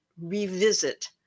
revisit